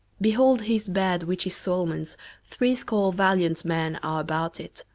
behold his bed, which is solomon's threescore valiant men are about it,